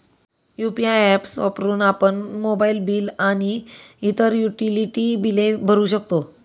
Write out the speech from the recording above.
UPI apps वापरून आपण mobile bill आणि इतर युटिलिटी बिले भरू शकतो